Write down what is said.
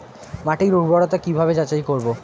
মাটির উর্বরতা কি ভাবে যাচাই করব?